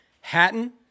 Hatton